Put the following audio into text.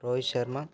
Rohit Sharma